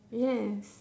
yes